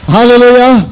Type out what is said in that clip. Hallelujah